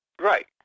Right